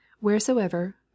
Wheresoever